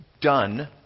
done